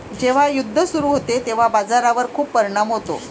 जेव्हा युद्ध सुरू होते तेव्हा बाजारावर खूप परिणाम होतो